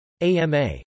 AMA